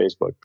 Facebook